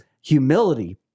humility